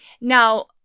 Now